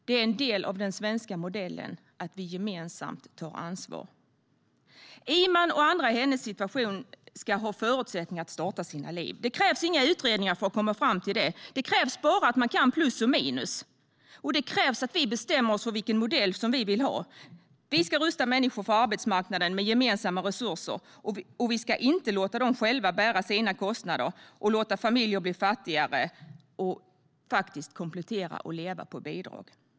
Det är en del av den svenska modellen att vi gemensamt tar ansvar. Iman och andra i hennes situation ska ha förutsättningar att starta sina liv. Det krävs inga utredningar för att komma fram till det. Det krävs bara att man kan plus och minus, och det krävs att vi bestämmer oss för vilken modell som vi vill ha. Vi ska rusta människor för arbetsmarknaden med gemensamma resurser - vi ska inte låta dem själva bära sina kostnader och låta familjer bli fattigare - och faktiskt komplettera med bidrag att leva på.